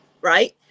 right